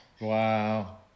Wow